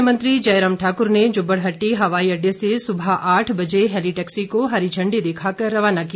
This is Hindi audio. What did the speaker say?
मुख्यमंत्री जयराम ठाकुर ने जुब्बड़हट्टी हवाई अड्डे से सुबह आठ बजे हेली टैक्सी को हरी झंडी दिखाकर रवाना किया